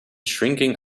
shrinking